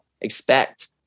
expect